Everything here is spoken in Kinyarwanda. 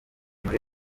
muri